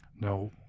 No